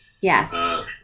Yes